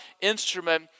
instrument